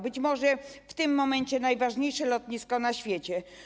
Być może w tym momencie najważniejsze lotnisko na świecie.